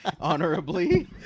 honorably